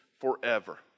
forever